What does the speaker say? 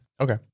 Okay